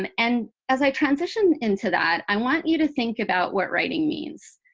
um and as i transition into that, i want you to think about what writing means.